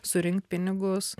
surinkt pinigus